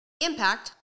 impact